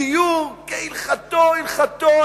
גיור כהלכתו-הלכתו,